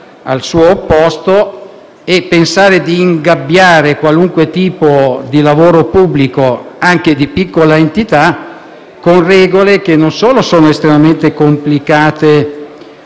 al suo opposto. Non si può pensare di ingabbiare qualunque tipo di lavoro pubblico, anche di piccola entità, con regole che non solo sono estremamente complicate